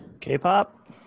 K-pop